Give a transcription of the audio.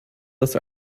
das